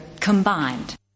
combined